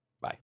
Bye